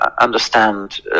understand